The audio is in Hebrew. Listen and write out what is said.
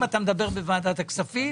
אם אתה מדבר בוועדת הכספים